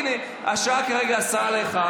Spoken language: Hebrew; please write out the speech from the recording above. הינה, השעה כרגע 00:50,